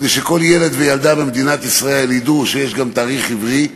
כדי שכל ילד וילדה במדינת ישראל ידעו שיש גם תאריך עברי.